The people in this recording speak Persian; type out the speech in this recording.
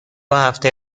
هفته